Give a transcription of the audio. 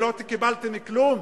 שלא קיבלתם כלום?